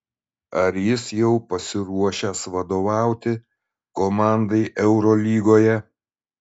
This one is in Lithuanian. ar jis jau pasiruošęs vadovauti komandai eurolygoje